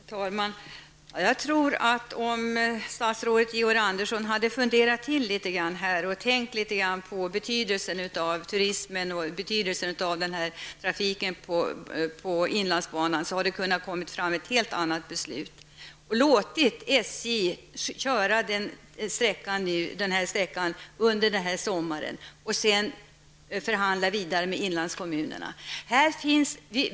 Herr talman! Jag tror att om statsrådet Georg Andersson hade tänkt litet grand på betydelsen av turismen och den här trafiken på inlandsbanan, hade regeringen kunnat komma fram till ett helt annat beslut och SJ kunnat köra den här sträckan under sommaren. Sedan hade man kunnat förhandla vidare med inlandskommunerna.